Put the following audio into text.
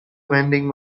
vending